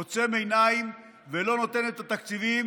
עוצם עיניים ולא נותן את התקציבים.